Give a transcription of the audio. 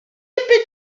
pytania